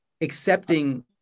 accepting